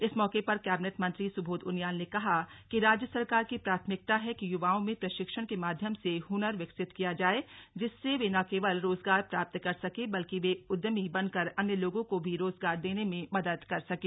इस मौके पर कैबिनेट मंत्री सुबोध उनियाल ने कहा कि राज्य सरकार की प्राथमिकता है कि युवाओं में प्रशिक्षण के माध्यम से हुनर विकसित किया जाए जिससें वे न केवल रोजगार प्राप्त कर सकें बल्कि वे उद्यमी बनकर अन्य लोगों को भी रोजगार देने में मदद कर सकें